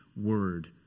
word